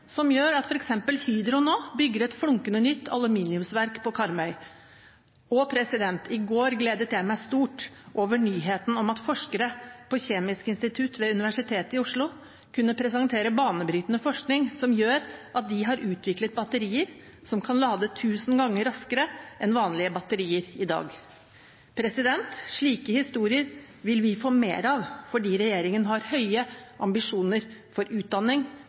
som f.eks. gjør at Hydro nå bygger et flunkende nytt aluminiumsverk på Karmøy. Og i går gledet jeg meg stort over nyheten om at forskere på Kjemisk institutt ved Universitetet i Oslo kunne presentere banebrytende forskning, nemlig at de har utviklet batterier som kan lade tusen ganger raskere enn vanlige batterier i dag. Slike historier vil vi få mer av fordi regjeringen har høye ambisjoner for utdanning,